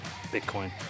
Bitcoin